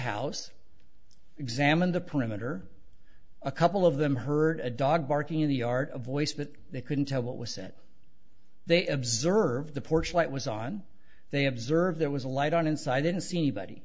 house examined the perimeter a couple of them heard a dog barking in the art of voice but they couldn't tell what was said they observed the porch light was on they observed there was a light on inside didn't see anybody